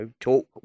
talk